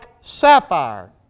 sapphire